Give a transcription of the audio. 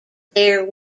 there